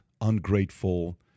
ungrateful